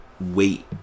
Wait